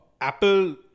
Apple